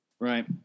Right